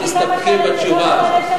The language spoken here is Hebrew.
את תסתפקי בתשובה הזאת.